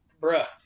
bruh